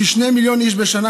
כ-2 מיליון איש בשנה